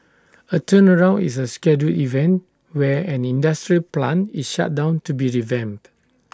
A turnaround is A scheduled event where an industrial plant is shut down to be revamped